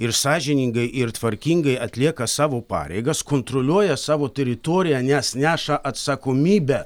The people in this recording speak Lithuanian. ir sąžiningai ir tvarkingai atlieka savo pareigas kontroliuoja savo teritoriją nes neša atsakomybę